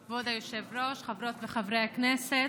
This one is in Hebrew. כבוד היושב-ראש, חברות וחברי הכנסת,